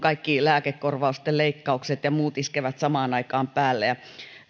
kaikki lääkekorvausten leikkaukset ja muut iskevät samaan aikaan päälle